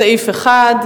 סעיף 1,